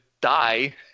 die